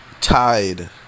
tide